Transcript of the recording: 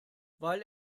weil